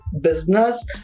business